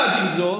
עם זאת,